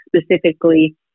specifically